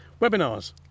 webinars